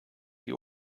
die